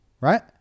Right